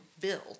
build